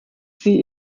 sie